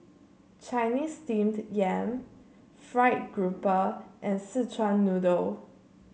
Chinese Steamed Yam fried grouper and Szechuan Noodle